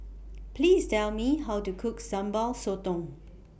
Please Tell Me How to Cook Sambal Sotong